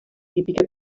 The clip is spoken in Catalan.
típica